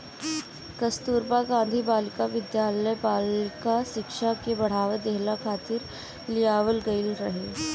कस्तूरबा गांधी बालिका विद्यालय बालिका शिक्षा के बढ़ावा देहला खातिर लियावल गईल रहे